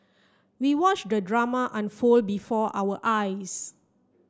we watched the drama unfold before our eyes